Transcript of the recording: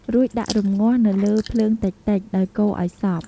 រួចដាក់រំងាស់នៅលើភ្លើងតិចៗ ដោយកូរឱ្យសព្វ។